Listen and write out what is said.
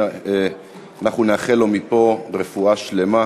אנחנו נאחל לו מפה רפואה שלמה.